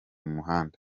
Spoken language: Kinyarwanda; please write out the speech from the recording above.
muhanda